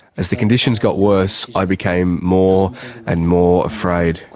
as the conditions got worse, i became more and more afraid.